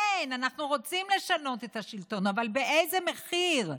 כן, אנחנו רוצים לשנות את השלטון, אבל באיזה מחיר?